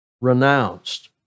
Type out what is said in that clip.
renounced